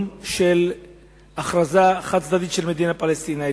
של הכרזה חד-צדדית על מדינה פלסטינית,